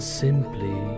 simply